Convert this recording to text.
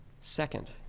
Second